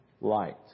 light